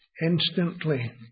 Instantly